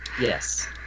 Yes